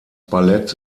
ballett